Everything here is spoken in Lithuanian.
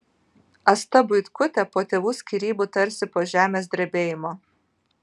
asta buitkutė po tėvų skyrybų tarsi po žemės drebėjimo